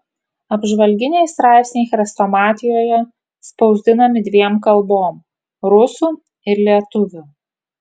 apžvalginiai straipsniai chrestomatijoje spausdinami dviem kalbom rusų ir lietuvių